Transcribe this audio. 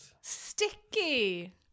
Sticky